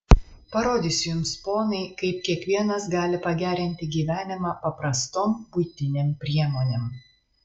parodysiu jums ponai kaip kiekvienas gali pagerinti gyvenimą paprastom buitinėm priemonėm